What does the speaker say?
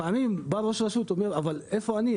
לפעמים בא ראש רשות ואומר: "אבל איפה אני?